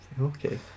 okay